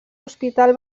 hospital